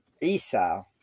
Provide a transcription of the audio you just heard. Esau